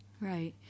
Right